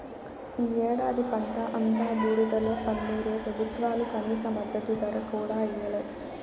ఈ ఏడాది పంట అంతా బూడిదలో పన్నీరే పెబుత్వాలు కనీస మద్దతు ధర కూడా ఇయ్యలే